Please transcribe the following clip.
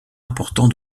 important